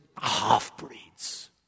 half-breeds